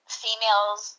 females